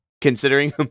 Considering